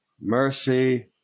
mercy